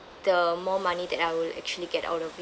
the more money that I will actually get out of it